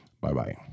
Bye-bye